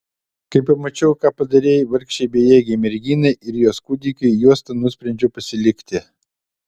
kai pamačiau ką padarei vargšei bejėgei merginai ir jos kūdikiui juostą nusprendžiau pasilikti